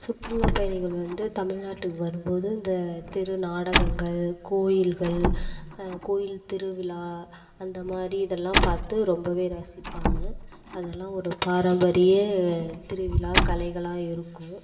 சுற்றுலா பயணிகள் வந்து தமிழ்நாட்டுக்கு வரும் போது இந்த தெரு நாடகங்கள் கோவில்கள் கோவில் திருவிழா அந்த மாதிரி இதெல்லாம் பார்த்து ரொம்பவே ரசிப்பாங்க அதெல்லாம் ஒரு பாரம்பரிய திருவிழா கலைகளாக இருக்கும்